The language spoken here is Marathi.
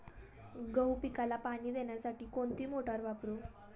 गहू पिकाला पाणी देण्यासाठी कोणती मोटार वापरू?